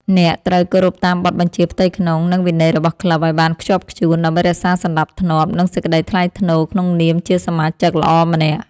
អ្នកត្រូវគោរពតាមបទបញ្ជាផ្ទៃក្នុង និងវិន័យរបស់ក្លឹបឱ្យបានខ្ជាប់ខ្ជួន ដើម្បីរក្សាសណ្ដាប់ធ្នាប់ និងសេចក្ដីថ្លៃថ្នូរក្នុងនាមជាសមាជិកល្អម្នាក់។